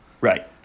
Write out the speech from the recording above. Right